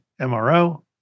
mro